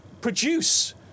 produce